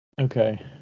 Okay